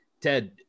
Ted